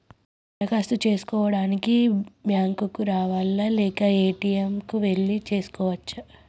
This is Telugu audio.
దరఖాస్తు చేసుకోవడానికి బ్యాంక్ కు రావాలా లేక ఏ.టి.ఎమ్ కు వెళ్లి చేసుకోవచ్చా?